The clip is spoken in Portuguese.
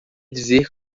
dizer